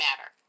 matter